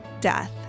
death